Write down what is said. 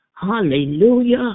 Hallelujah